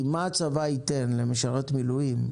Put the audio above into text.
כי מה הצבא ייתן למשרת המילואים,